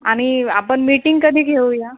आणि आपण मीटिंग कधी घेऊ या